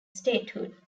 statehood